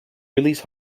release